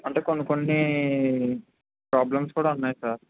అంటే కొన్ని కొన్ని ప్రాబ్లెమ్స్ కూడా ఉన్నాయి సార్